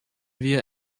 wir